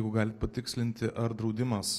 jeigu galit patikslinti ar draudimas